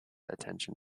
attention